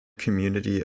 community